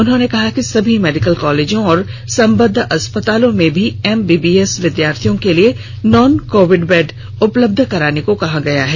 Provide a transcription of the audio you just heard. उन्होंने कहा है कि सभी मेडिकल कॉलेजों और संबंद्ध अस्पतालों में में एमबीबीएस विद्यार्थियों के लिए नॉन कोविड बेड उपलब्ध कराने को कहा है